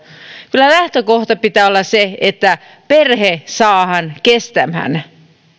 kyllä lähtökohta pitää olla se että perhe saadaan kestämään